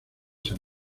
san